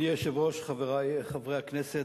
אדוני היושב-ראש, חברי חברי הכנסת,